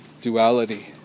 duality